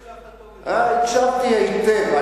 לא הקשבת טוב, הקשבתי היטב.